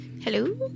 Hello